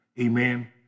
amen